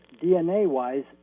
DNA-wise